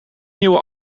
nieuwe